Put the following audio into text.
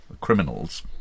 criminals